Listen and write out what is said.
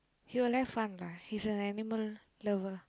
he will have fun lah he's a animal lover